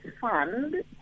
fund